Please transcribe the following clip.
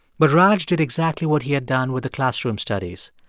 but raj did exactly what he had done with the classroom studies.